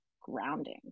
grounding